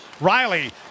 Riley